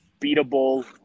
beatable